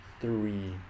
three